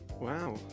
Wow